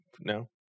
No